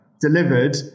delivered